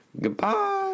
Goodbye